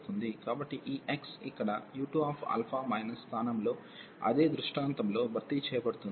కాబట్టి ఈ x ఇక్కడ u2 మైనస్ స్థానంలో అదే దృష్టాంతంలో భర్తీ చేయబడుతుంది